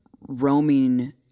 roaming